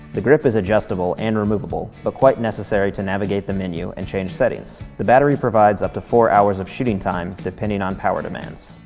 the grip is adjustable and removable, but quite necessary to navigate the menu and change settings. the battery provides up to four hours of shooting time, depending on power demands.